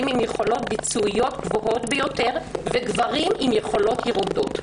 עם יכולות ביצועיות גבוהות ביותר וגברים עם יכולות ירודות.